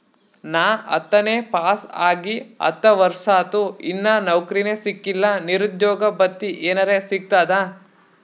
ನಾ ಹತ್ತನೇ ಪಾಸ್ ಆಗಿ ಹತ್ತ ವರ್ಸಾತು, ಇನ್ನಾ ನೌಕ್ರಿನೆ ಸಿಕಿಲ್ಲ, ನಿರುದ್ಯೋಗ ಭತ್ತಿ ಎನೆರೆ ಸಿಗ್ತದಾ?